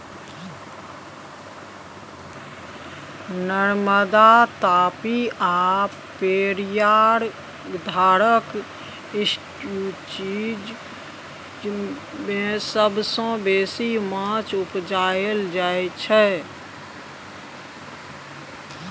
नर्मदा, तापी आ पेरियार धारक एस्च्युरीज मे सबसँ बेसी माछ उपजाएल जाइ छै